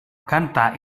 canta